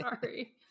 Sorry